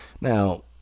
now